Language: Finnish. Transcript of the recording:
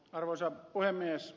arvoisa puhemies